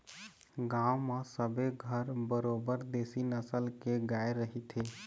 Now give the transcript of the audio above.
गांव म सबे घर बरोबर देशी नसल के गाय रहिथे